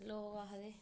लोग आखदे